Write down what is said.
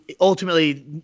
Ultimately